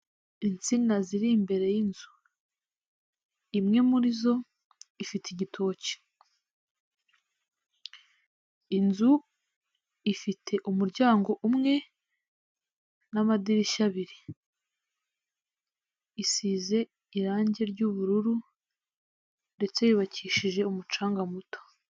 Insina ziri imbere y'inzu, imwe muri zo ifite igitoki, inzu ifite umuryango umwe, n'amadiri abiri, isize irangi ry'ubururu ndetse yubakishije umucanga muto.